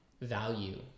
value